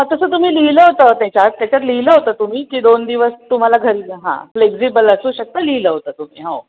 हां तसं तुम्ही लिहिलं होतं त्याच्यात त्याच्यात लिहिलं होतं तुम्ही की दोन दिवस तुम्हाला घरी हां फ्लेक्झिबल असू शकतं लिहिलं होतं तुम्ही हो